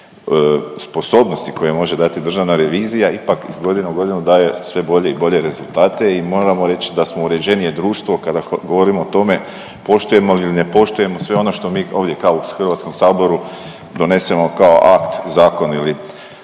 sposobnosti koje može dati državna revizija ipak iz godine u godinu daje sve bolje i bolje rezultate i moramo reći da smo uređenije društvo kada govorimo o tome poštujemo li ili ne poštujemo sve ono što mi ovdje kao u HS-u donesemo kao akt, zakon ili